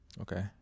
Okay